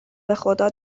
بخدا